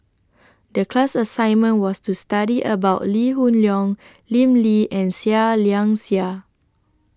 The class assignment was to study about Lee Hoon Leong Lim Lee and Seah Liang Seah